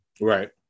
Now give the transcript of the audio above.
right